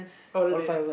oh really